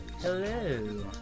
Hello